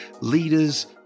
leaders